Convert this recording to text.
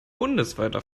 bundesweiter